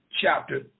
chapter